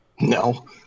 No